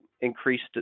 increased